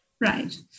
Right